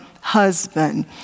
husband